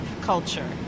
culture